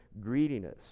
greediness